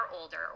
older